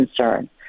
concern